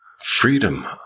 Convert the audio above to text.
freedom